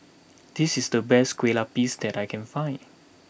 this is the best Kueh Lapis that I can find